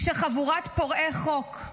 כשחבורת פורעי חוק,